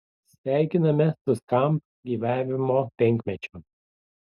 sveikiname su skamp gyvavimo penkmečiu